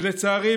ולצערי,